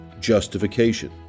justification